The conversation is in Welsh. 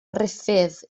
ruffydd